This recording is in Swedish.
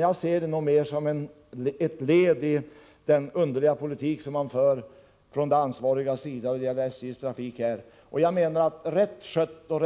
Jag ser det mer som ett led i den underliga politik som förs från de ansvarigas sida när det gäller SJ:s trafik. Rätt skött och